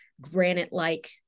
granite-like